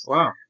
Wow